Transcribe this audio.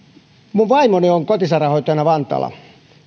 minun vaimoni on kotisairaanhoitajana vantaalla